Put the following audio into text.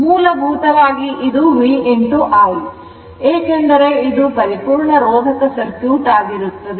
ಮೂಲಭೂತವಾಗಿ ಇದು v i ಏಕೆಂದರೆ ಇದುಪರಿಪೂರ್ಣ ರೋಧಕ ಸರ್ಕ್ಯೂಟ್ ಆಗಿರುತ್ತದೆ